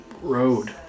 road